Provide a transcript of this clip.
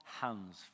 hands